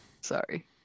Sorry